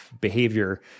behavior